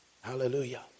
Hallelujah